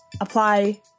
apply